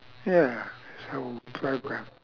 ya this whole programme